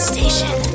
Station